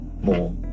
more